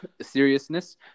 seriousness